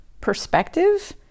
perspective